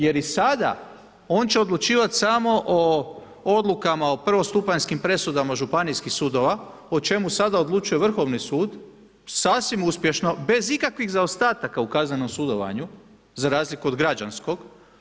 Jer i sada, on će odlučivati samo o odlukama, o prvostupanjskim presudama županijskih sudova, o čemu sada odlučuje Vrhovni sud, sasvim uspješno, bez ikakvih zaostataka u kazanom sudovanju, za razliku od građanskog.